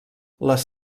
les